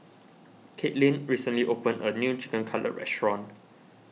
Katelyn recently opened a new Chicken Cutlet restaurant